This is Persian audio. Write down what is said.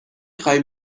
خوای